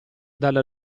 dalla